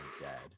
dad